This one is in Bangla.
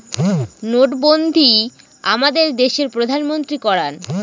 নোটবন্ধী আমাদের দেশের প্রধানমন্ত্রী করান